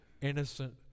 innocent